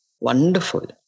Wonderful